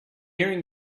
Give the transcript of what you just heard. nearing